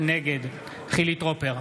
נגד חילי טרופר,